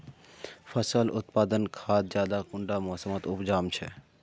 फसल उत्पादन खाद ज्यादा कुंडा मोसमोत उपजाम छै?